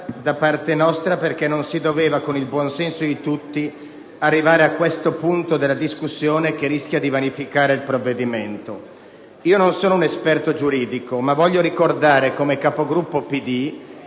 da parte nostra perché non si doveva, con il buonsenso di tutti, arrivare a questo punto della discussione con il rischio di vanificare il provvedimento. Io non sono un esperto di materie giuridiche, ma voglio ricordare, come capogruppo